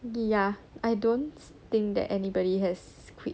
ya I don't think that anybody has quit